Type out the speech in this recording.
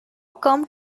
come